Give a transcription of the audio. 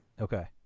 Okay